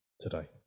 today